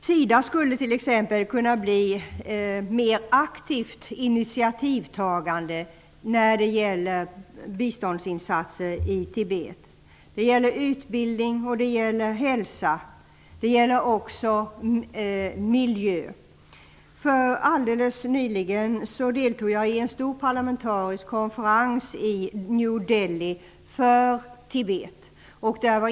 SIDA skulle t.ex. kunna bli mer aktivt initiativtagande när det gäller biståndsinsatser i Tibet. Det gäller utbildning, hälsa och miljö. Helt nyligen deltog jag i en stor parlamentarisk konferens i New Dehli för Tibet.